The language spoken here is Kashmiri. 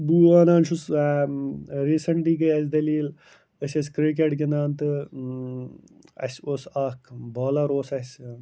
بہٕ وَنان چھُس ریٖسنٛٹلی گٔے اَسہِ دٔلیٖل أسۍ ٲسۍ کِرٛکٮ۪ٹ گِنٛدان تہٕ اَسہِ اوس اَکھ بالر اوس اَسہِ